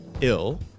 ill